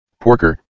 Porker